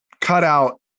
cutout